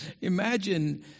imagine